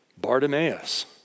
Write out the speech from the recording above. Bartimaeus